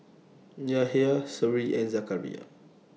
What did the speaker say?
Yahya Seri and Zakaria